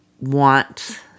Want